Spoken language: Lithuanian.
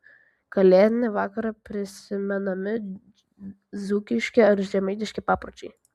kalėdinį vakarą prisimenami dzūkiški ar žemaitiški papročiai